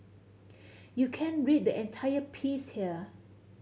you can read the entire piece here